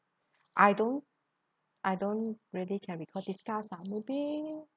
I don't I don't really can recall discuss uh maybe